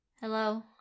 hello